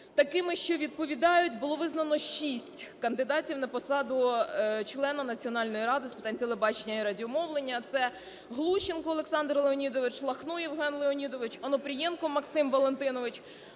такими, що відповідають, було визнано 6 кандидатів на посаду члена Національної ради з питань телебачення і радіомовлення – це Глущенко Олександр Леонідович, Лахно Євген Леонідович, Онопрієнко Максим Валентинович,